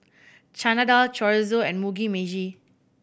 Chana Dal Chorizo and Mugi Meshi